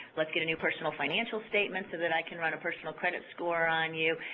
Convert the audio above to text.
let's get a new personal financial statement so that i can run a personal credit score on you,